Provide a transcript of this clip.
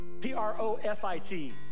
P-R-O-F-I-T